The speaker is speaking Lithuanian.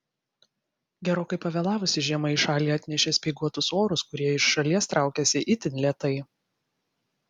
gerokai pavėlavusi žiema į šalį atnešė speiguotus orus kurie iš šalies traukiasi itin lėtai